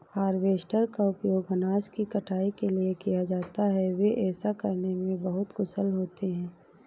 harvester का उपयोग अनाज की कटाई के लिए किया जाता है, वे ऐसा करने में बहुत कुशल होते हैं